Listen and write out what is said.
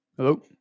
Hello